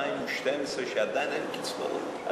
הדוח הוא מ-2012, שעדיין אין קיצוץ קצבאות.